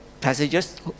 passages